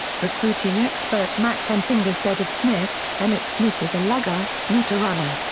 recruiting expert max emfinger said of smith, emmitt smith is a lugger, not a runner.